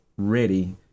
Ready